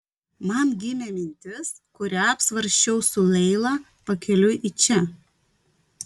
man gimė mintis kurią apsvarsčiau su leila pakeliui į čia